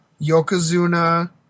Yokozuna